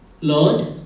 Lord